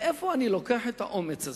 מאיפה אני לוקח את האומץ הזה?